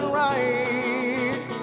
right